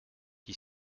qui